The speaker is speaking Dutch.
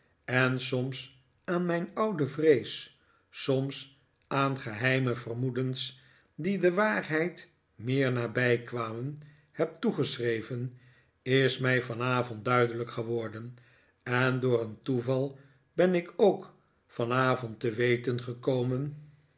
en soms aan mijn oude vrees soms aan geheime vermoedens die de waarheid meer nabij kwamen heb toegeschreven is mij vanavond duidelijk geworden en door een toeval ben ik ook vanavond te weten gekomen